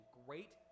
great